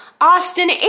Austin